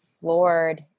floored